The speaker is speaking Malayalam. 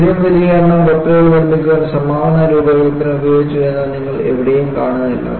ഇത്രയും വലിയ എണ്ണം കപ്പലുകൾ നിർമ്മിക്കാൻ സമാന രൂപകൽപ്പന ഉപയോഗിച്ചു എന്ന് നിങ്ങൾ എവിടെയും കാണുന്നില്ല